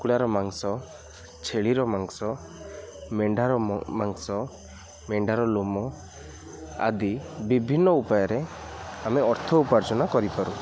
କୁକୁଡ଼ାର ମାଂସ ଛେଳିର ମାଂସ ମେଣ୍ଢାର ମାଂସ ମେଣ୍ଢାର ଲୋମ ଆଦି ବିଭିନ୍ନ ଉପାୟରେ ଆମେ ଅର୍ଥ ଉପାର୍ଜନ କରିପାରୁ